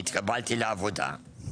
התקבלתי לעבודה,